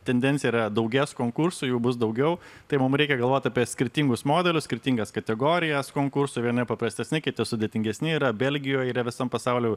tendencija yra daugės konkursų jų bus daugiau tai mum reikia galvot apie skirtingus modelius skirtingas kategorijas konkursų vieni paprastesni kiti sudėtingesni yra belgijoj yra visam pasauly